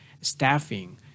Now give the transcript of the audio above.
staffing